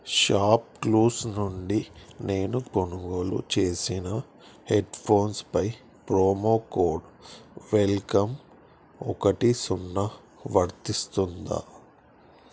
shop clues నుండి నేను కొనుగోలు చేసిన హెడ్ఫోన్స్పై ప్రోమో కోడ్ వెల్కమ్ ఒకటి సున్నా వర్తిస్తుందా